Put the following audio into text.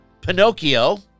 Pinocchio